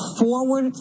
forward